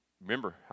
Remember